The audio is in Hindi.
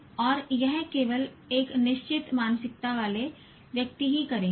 और यह केवल एक निश्चित मानसिकता वाले व्यक्ति ही करेंगे